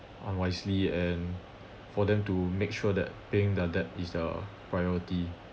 unwisely and for them to make sure that paying their debt is the priority